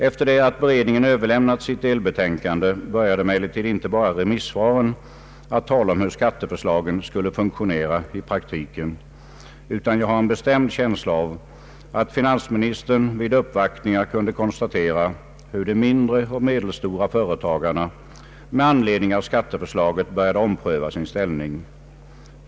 Efter det att beredningen överlämnat sitt delbetänkande började emellertid inte bara remissvaren att tala om hur skatteförslaget skulle funktionera i praktiken, utan jag har en bestämd känsla av att finansministern vid uppvaktningar kunde konstatera hurusom ägare av mindre och medelstora företag med anledning av skatteförslaget började ompröva sin ställning.